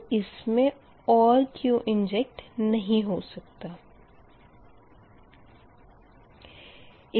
तो इसमें और Q इंजेक्ट नही हो सकता है